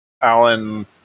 Alan